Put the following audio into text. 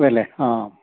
അതേ അല്ലേ ആ